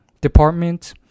department